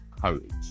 courage